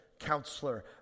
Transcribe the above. counselor